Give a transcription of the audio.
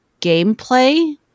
gameplay